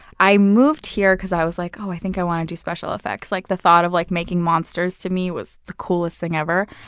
i moved here because i was like, i think i want to do special effects. like the thought of like making monsters to me was the coolest thing ever.